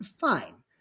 fine